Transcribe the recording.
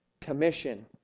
commission